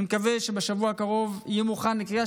אני מקווה שבשבוע הקרוב הוא יהיה מוכן לקריאה